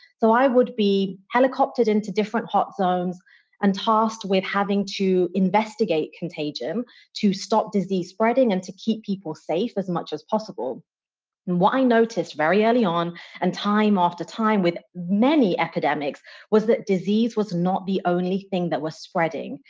so i would be helicoptered into different hot zones and tasked with having to investigate contagion to stop disease spreading and to keep people safe as much as possible. and what i noticed very early on and time after time with many academics was that disease was not the only thing that was spreading.